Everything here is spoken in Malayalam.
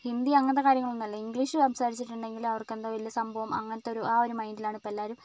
ഹിന്ദി അങ്ങനത്തെ കാര്യങ്ങളൊന്നുമല്ല ഇംഗ്ലീഷ് സംസാരിച്ചിട്ടുണ്ടെങ്കിൽ അവർക്ക് എന്തോ വലിയ സംഭവം അങ്ങനത്തെ ആ ഒരു മൈൻഡിലാണ് ഇപ്പം എല്ലാവരും